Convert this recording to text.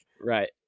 Right